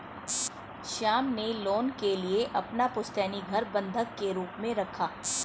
श्याम ने लोन के लिए अपना पुश्तैनी घर बंधक के रूप में रखा